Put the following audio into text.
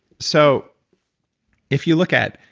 so if you look at,